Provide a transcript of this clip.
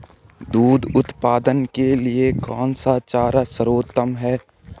दूध उत्पादन के लिए कौन सा चारा सर्वोत्तम है?